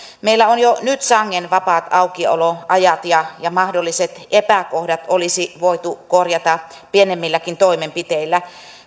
meillä on jo nyt sangen vapaat aukioloajat ja ja mahdolliset epäkohdat olisi voitu korjata pienemmilläkin toimenpiteillä